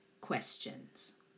Questions